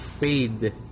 paid